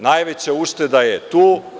Najveća ušteda je tu.